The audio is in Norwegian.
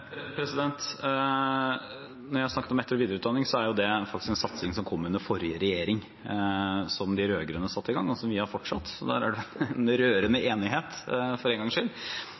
satsing som kom under forrige regjering, som de rød-grønne satte i gang, og som vi har fortsatt. Så der er det en rørende enighet for én gangs skyld.